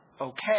okay